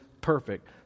perfect